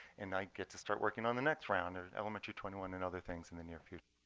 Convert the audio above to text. and i get to start working on the next round and elementary twenty one and other things in the near future.